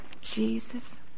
Jesus